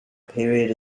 period